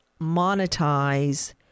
monetize